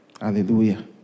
Hallelujah